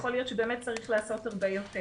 ויכול להיות שבאמת צריך לעשות הרבה יותר,